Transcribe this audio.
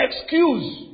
excuse